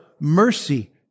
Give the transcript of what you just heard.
mercy